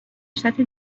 سطح